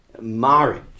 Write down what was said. marriage